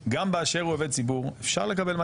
בניגוד להערות של חלק מחברי האופוזיציה בפעם שעברה,